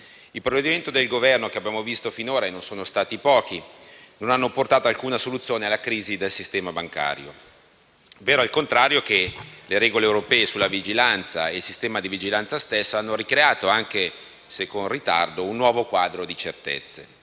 I provvedimenti del Governo che abbiamo visto finora (e non sono stati pochi) non hanno portato alcuna soluzione alla crisi del sistema bancario. È vero, al contrario, che le regole europee sulla vigilanza e il sistema di vigilanza stesso hanno ricreato, anche se con ritardo, un nuovo quadro di certezze.